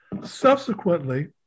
Subsequently